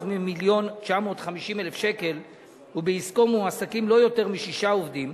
ממיליון ו-950,000 שקל ובעסקו מועסקים לא יותר משישה עובדים,